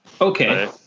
Okay